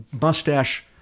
Mustache